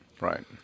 right